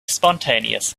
spontaneous